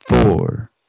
four